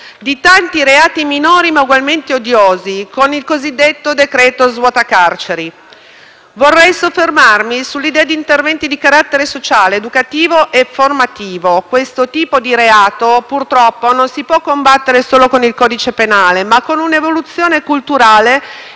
di tanti reati minori ma ugualmente odiosi, con il cosiddetto decreto-legge svuota carceri. Vorrei soffermarmi sull'idea di interventi di carattere sociale, educativo e formativo. Questo tipo di reato, purtroppo, si può combattere non con il codice penale, ma con un'evoluzione culturale